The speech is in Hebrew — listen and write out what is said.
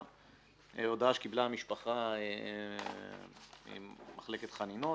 הי"ד, הודעה שקיבלה המשפחה ממחלקת חנינות.